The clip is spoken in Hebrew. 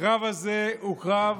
הקרב הזה הוא קרב